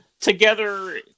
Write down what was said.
Together